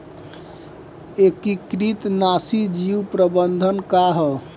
एकीकृत नाशी जीव प्रबंधन का ह?